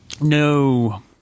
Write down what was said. No